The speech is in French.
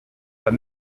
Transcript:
pas